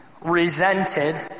resented